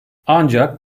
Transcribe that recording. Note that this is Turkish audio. ancak